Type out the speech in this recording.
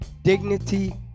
Dignity